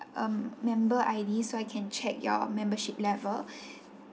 um member I_D so I can check your membership level